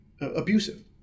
abusive